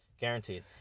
Guaranteed